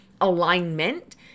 alignment